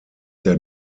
der